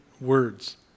words